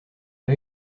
pas